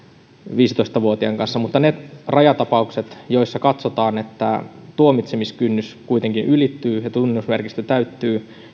viisitoista vuotiaan kanssa ne rajatapaukset joissa katsotaan että tuomitsemiskynnys kuitenkin ylittyy ja tunnusmerkistö täyttyy